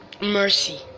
mercy